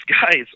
guys